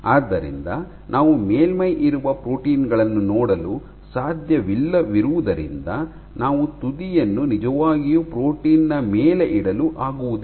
ಆದ್ದರಿಂದ ನಾವು ಮೇಲ್ಮೈಯಲ್ಲಿರುವ ಪ್ರೋಟೀನ್ ಗಳನ್ನು ನೋಡಲು ಸಾಧ್ಯವಿಲ್ಲದಿರುವುದರಿಂದ ನಾವು ತುದಿಯನ್ನು ನಿಜವಾಗಿಯೂ ಪ್ರೋಟೀನ್ ನ ಮೇಲೆ ಇಡಲು ಆಗುವುದಿಲ್ಲ